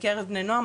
בקרב בני הנוער,